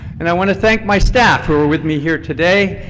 and i want to thank my staff who are with me here today,